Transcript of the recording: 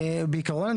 בעיקרון,